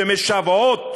שמשוועות